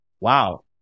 wow